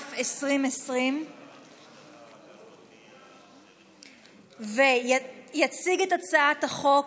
התש"ף 2020. יציג את הצעת החוק